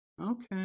Okay